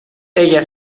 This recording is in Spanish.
ella